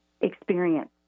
experience